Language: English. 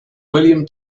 william